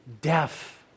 deaf